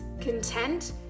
content